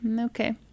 okay